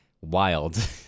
wild